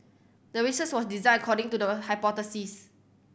the research was designed according to the hypothesis